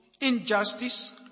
injustice